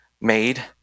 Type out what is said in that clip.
made